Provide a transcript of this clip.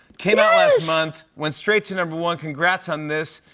came out last month, went straight to number one. congrats on this.